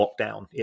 lockdown